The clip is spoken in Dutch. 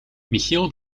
michiel